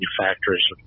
manufacturers